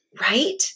Right